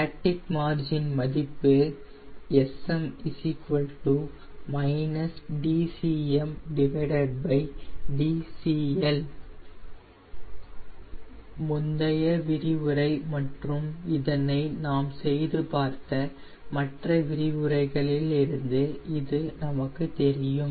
static margin மதிப்பு SM dCmdCL முந்தைய விரிவுரை மற்றும் இதனை நாம் செய்து பார்த்த மற்ற விரிவுரைகளில் இருந்து இது நமக்கு தெரியும்